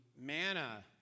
manna